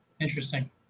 interesting